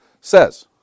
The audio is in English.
says